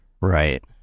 Right